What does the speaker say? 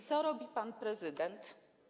Co robi pan prezydent?